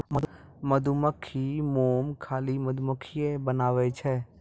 मधुमक्खी मोम खाली मधुमक्खिए बनाबै छै